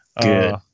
Good